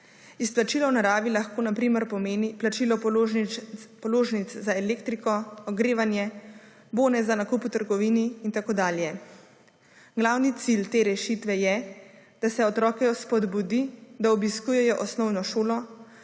Izplačilo v naravi lahko na primer pomeni plačilo položnic za elektriko, ogrevanje, bone za nakup v trgovini in tako dalje. Glavni cilj te rešitve je, da se otroke spodbudi, da obiskujejo osnovno šolo,